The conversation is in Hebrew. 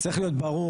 צריך להיות ברור.